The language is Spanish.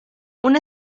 una